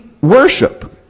worship